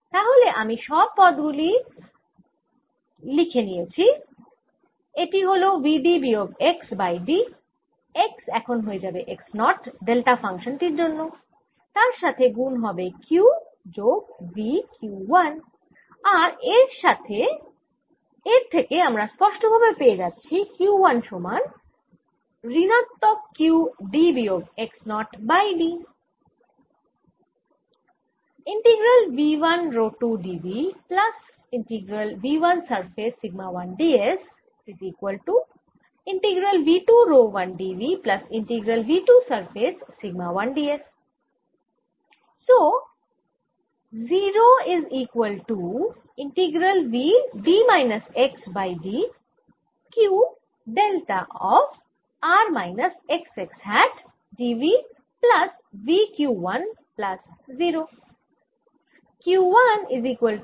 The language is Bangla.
তাহলে আমি সব গুলি পদ লিখে নিয়েছি এটি হল V d বিয়োগ x বাই d x এখন হয়ে যাবে x নট ডেল্টা ফাংশান টির জন্য তার সাথে গুণ হবে Q যোগ V q 1 আর এর থেকে আমরা স্পষ্টভাবে পেয়ে যাচ্ছি q 1 সমান ঋণাত্মক Q d বিয়োগ x নট বাই d